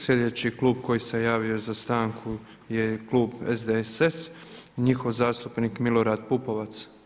Sljedeći klub koji se javio za stanku je klub SDSS, njihov zastupnik Milorad Pupovac.